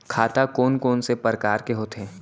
खाता कोन कोन से परकार के होथे?